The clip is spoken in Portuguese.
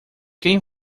quem